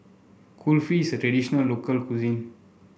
Kulfi is a traditional local cuisine